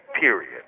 period